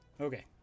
Okay